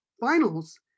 finals